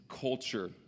culture